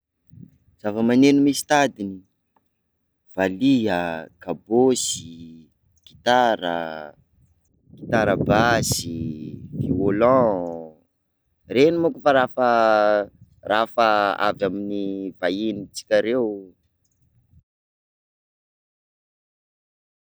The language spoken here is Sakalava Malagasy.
Zava-maneno misy tadiny: valiha, kabôsy, gitara, gitara basy, violon reny manko ra fa raha afa avy amy vahini-tsika reo.